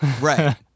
Right